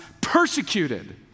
persecuted